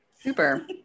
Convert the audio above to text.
super